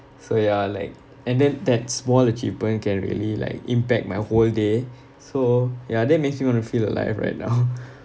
so ya like and then that small achievement can really like impact my whole day so ya that makes me want to feel alive right now